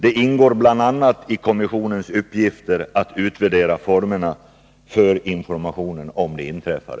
Det ingår i kommissionens uppgifter att utvärdera formerna för informationen om det inträffade.